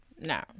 no